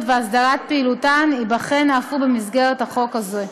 והסדרת פעילותן ייבחן אף הוא במסגרת החוק הזה.